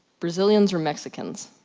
brazilians or mexicans?